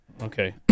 Okay